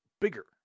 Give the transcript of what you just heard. bigger